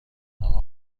هوا